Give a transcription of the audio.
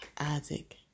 Isaac